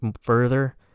further